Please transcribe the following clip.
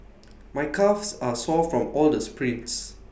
my calves are sore from all the sprints